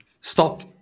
stop